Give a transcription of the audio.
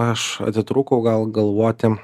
aš atitrūkau gal galvoti